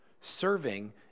Serving